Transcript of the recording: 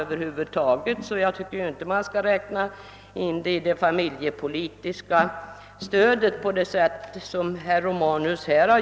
Därför är det inte helt riktigt att räkna in bidraget i det familjepolitiska stödet på det sätt som herr Romanus gör.